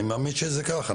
אני מאמין שזה ככה,